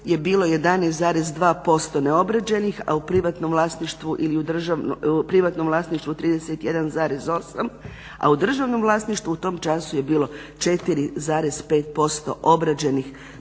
je bilo 11,21% neobrađenih a u privatnom vlasništvu, 31,8, a u državnom vlasništvu u tom času je bilo4,5% obrađenih